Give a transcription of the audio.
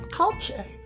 culture